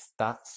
está